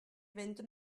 fynd